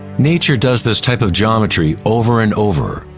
nature does this type of geometry over and over,